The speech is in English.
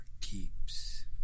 keeps